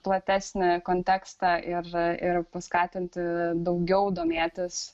platesnį kontekstą ir ir paskatinti daugiau domėtis